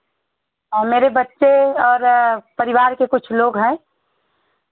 मेरे बच्चे और परिवार के कुछ लोग हैं